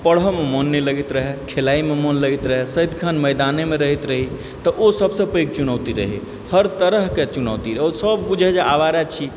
आ पढ़यमे मोन नहि लगैत रहै खेलाइमे मोन लगैत रहै सदिखन मैदानेमे रहैत रही तऽ ओ सभसँ पैघ चुनौती रहै हर तरहके चुनौती आओर सभ बुझै जे आवारा छी